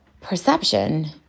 perception